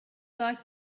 like